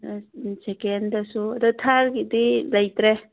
ꯁꯦꯀꯦꯟꯗꯁꯨ ꯑꯗꯣ ꯊꯥꯔꯒꯤꯗꯤ ꯂꯩꯇ꯭ꯔꯦ